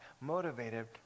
motivated